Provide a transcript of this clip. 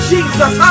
Jesus